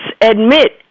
Admit